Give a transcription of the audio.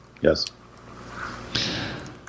Yes